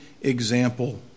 example